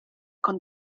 con